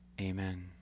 Amen